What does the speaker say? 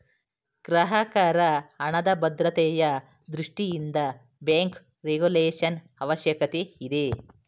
ಗ್ರಾಹಕರ ಹಣದ ಭದ್ರತೆಯ ದೃಷ್ಟಿಯಿಂದ ಬ್ಯಾಂಕ್ ರೆಗುಲೇಶನ್ ಅವಶ್ಯಕತೆ ಇದೆ